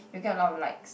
you'll get a lot of likes